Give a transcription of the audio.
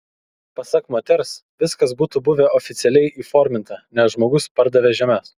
pasak moters viskas būtų buvę oficialiai įforminta nes žmogus pardavė žemės